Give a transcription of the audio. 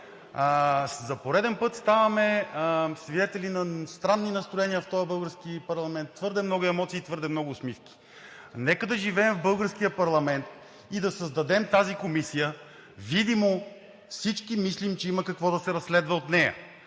За пореден път ставаме свидетели на странни настроения в този български парламент – твърде много емоции и твърде много усмивки. Нека да живеем в българския парламент и да създадем тази комисия. Видимо всички мислим, че има какво да се разследва от нея,